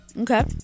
Okay